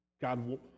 God